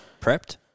Prepped